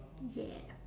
yeah